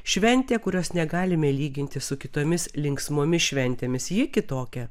šventė kurios negalime lyginti su kitomis linksmomis šventėmis ji kitokia